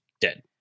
dead